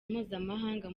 mpuzamahanga